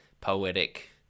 poetic